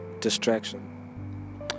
distraction